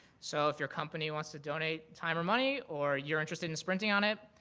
so if your company wants to donate time or money or you're interested in sprinting on it.